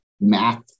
math